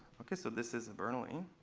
ok, so this is a bernoulli.